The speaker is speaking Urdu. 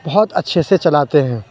بہت اچھے سے چلاتے ہیں